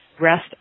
rest